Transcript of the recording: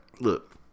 Look